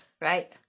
right